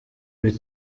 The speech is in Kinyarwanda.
ibi